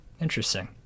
Interesting